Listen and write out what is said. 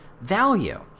value